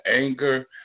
anger